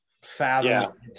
fathom